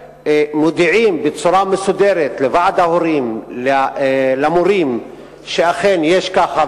כאשר מודיעים בצורה מסודרת לוועד ההורים ולמורים שאכן יש ככה,